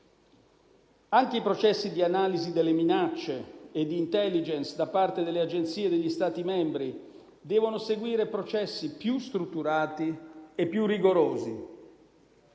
Anche i processi di analisi delle minacce e di *intelligence,* da parte delle Agenzie degli Stati membri, devono seguire processi più strutturati e più rigorosi.